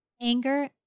Anger